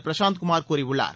பிரசாந்த் குமார் கூறியுள்ளார்